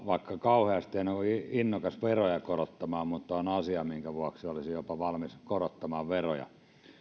vaikka kauheasti en ole innokas veroja korottamaan tämä on asia minkä vuoksi olisin jopa valmis korottamaan veroja